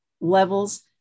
levels